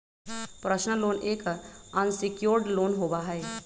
personal loan एक unsecured loan होबा हई